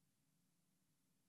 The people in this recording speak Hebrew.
אתה רואה שאני לא אומר את זה.